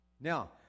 Now